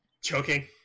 choking